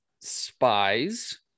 spies